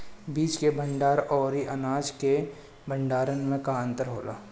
बीज के भंडार औरी अनाज के भंडारन में का अंतर होला?